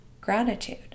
gratitude